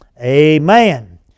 Amen